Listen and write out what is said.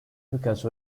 because